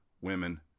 women